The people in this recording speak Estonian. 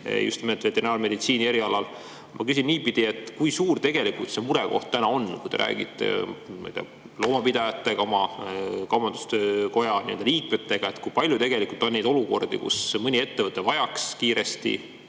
just nimelt veterinaarmeditsiini erialal. Ma küsin niipidi: kui suur tegelikult see murekoht täna on? Te räägite ilmselt loomapidajatega, oma kaubanduskoja liikmetega ja nii edasi. Kui palju tegelikult on neid olukordi, kus mõni ettevõte vajaks kiiresti